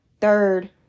Third